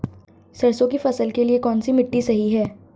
सरसों की फसल के लिए कौनसी मिट्टी सही हैं?